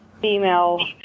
female